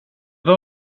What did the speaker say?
var